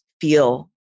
feel